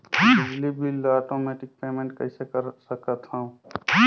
बिजली बिल ल automatic payment कइसे कर सकथव?